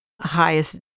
highest